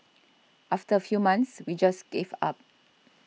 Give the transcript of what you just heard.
after a few months we just gave up